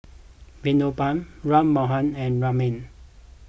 Vinoba Ram Manohar and Ramnath